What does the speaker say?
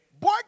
Boy